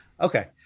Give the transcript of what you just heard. Okay